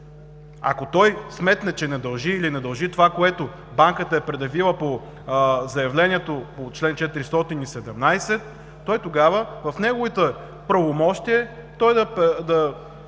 Ако той сметне, че не дължи, или не дължи това, което банката е предявила по заявлението по чл. 417, в неговите правомощия е да направи